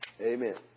amen